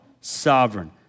sovereign